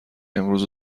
امروز